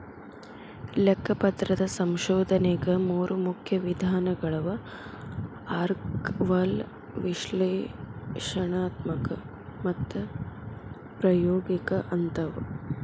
ಲೆಕ್ಕಪತ್ರದ ಸಂಶೋಧನೆಗ ಮೂರು ಮುಖ್ಯ ವಿಧಾನಗಳವ ಆರ್ಕೈವಲ್ ವಿಶ್ಲೇಷಣಾತ್ಮಕ ಮತ್ತು ಪ್ರಾಯೋಗಿಕ ಅಂತವ